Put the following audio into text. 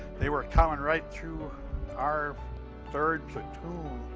they were coming right through our third platoon.